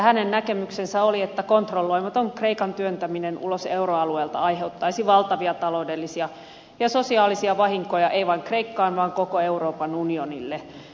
hänen näkemyksensä oli että kontrolloimaton kreikan työntäminen ulos euroalueelta aiheuttaisi valtavia taloudellisia ja sosiaalisia vahinkoja ei vain kreikkaan vaan koko euroopan unionille